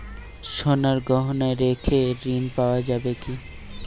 সোনার গহনা রেখে ঋণ পাওয়া যাবে কি?